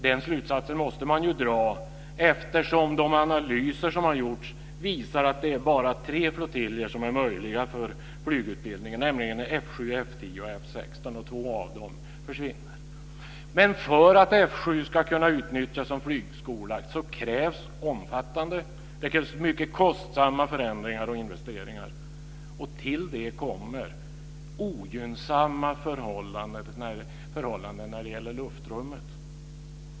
Den slutsatsen måste man dra, eftersom de analyser som gjorts visar att det bara är tre flottiljer som är möjliga för flygutbildning, nämligen F 7, F 10 och F 16, och två av dem försvinner. Men för att F 7 ska kunna utnyttjas som flygskola krävs omfattande och mycket kostsamma förändringar och investeringar. Till det kommer ogynnsamma förhållanden när det gäller luftrummet.